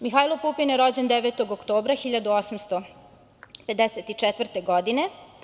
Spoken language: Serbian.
Mihajlo Pupin je rođen 9. oktobra 1854. godine.